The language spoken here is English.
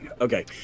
okay